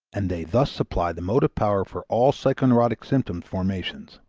and they thus supply the motive power for all psychoneurotic symptom formations.